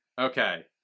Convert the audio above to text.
Okay